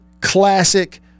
classic